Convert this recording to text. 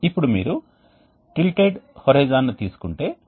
కాబట్టి వేడి ప్రవాహం నుండి చల్లని ప్రవాహం వరకు ఒక కాయిల్ నడుస్తుంది